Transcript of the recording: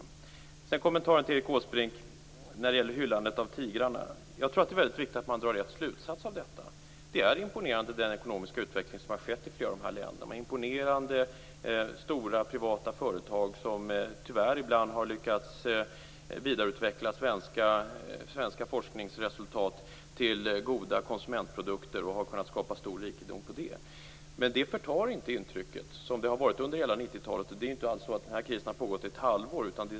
Sedan en kommentar till Erik Åsbrink när det gäller hyllandet av "tigrarna". Jag tror att det är viktigt att dra rätt slutsats här. Den ekonomiska utveckling som har skett i flera av dessa länder är imponerande. De har imponerande, stora företag som tyvärr ibland har lyckats vidareutveckla svenska forskningsresultat till goda konsumentprodukter och har därigenom kunnat skapa stor rikedom. Men det förtar inte intrycket av hur det har varit under hela 90-talet. Den här krisen har ju inte pågått ett halvår.